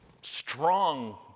strong